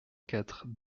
quatre